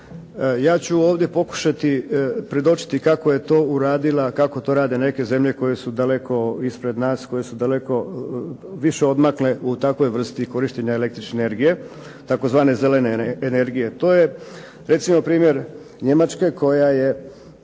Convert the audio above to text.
Ja ću ovdje pokušati objasniti kako je to uradila, kako to rade neke zemlje koje su daleko ispred nas i koje su daleko više odmakle u takvoj vrsti korištenja takve energije, tzv. Zelene energije. To je recimo primjer Njemačke koja je